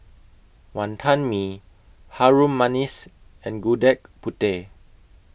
Wonton Mee Harum Manis and Gudeg Putih